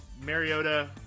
Mariota